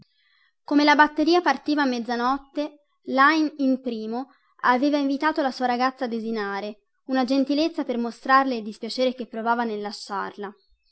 come la batteria partiva a mezzanotte lajn primo aveva invitato la sua ragazza a desinare una gentilezza per mostrarle il dispiacere che provava nel lasciarla